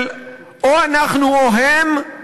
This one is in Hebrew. של או אנחנו או הם,